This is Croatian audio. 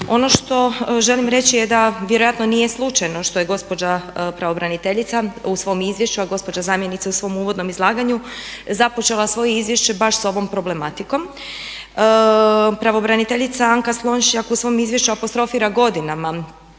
Ono što želim reći je da vjerojatno nije slučajno što je gospođa pravobraniteljica u svom izvješću, a gospođa zamjenica u svom uvodnom izlaganju započela svoje izvješće baš s ovom problematikom. Pravobraniteljica Anka Slonjšak u svom izvješću apostrofira godinama